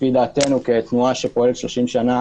לפי דעתנו כתנועה שפועלת בשטח שלושים שנה,